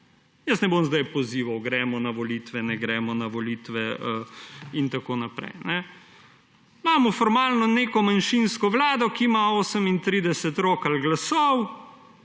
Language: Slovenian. Jaz ne bom zdaj pozival, gremo na volitve, ne gremo na volitve in tako naprej. Imamo formalno neko manjšinsko vlado, ki ima 38 rok ali glasov,